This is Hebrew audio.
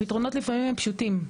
הפתרונות לפעמים הם פשוטות,